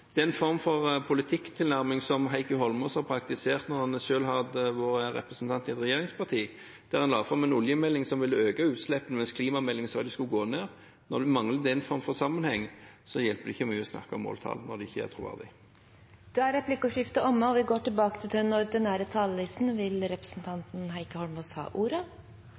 den form for politikktilnærming som Heikki Holmås praktiserte da han selv var representant i et regjeringsparti, der han la fram en oljemelding som ville øke utslippene, mens klimameldingen sa det skulle gå ned – når det mangler den form for sammenheng – hjelper det ikke mye å snakke om måltall. Det blir ikke troverdig. Replikkordskiftet er omme. Jeg synes ikke en skal reise langt for å finne regjeringer som taler med to tunger, når vi